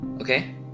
okay